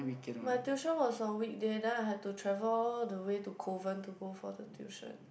my tuition was on weekday then I had to travel all the way to Kovan to go for the tuition